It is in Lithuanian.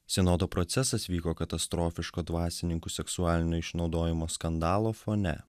sinodo procesas vyko katastrofiško dvasininkų seksualinio išnaudojimo skandalo fone